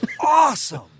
awesome